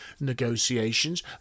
negotiations